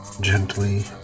gently